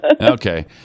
Okay